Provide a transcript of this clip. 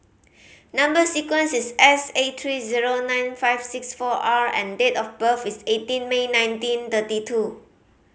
number sequence is S eight three zero nine five six four R and date of birth is eighteen May nineteen thirty two